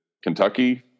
Kentucky